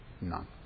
None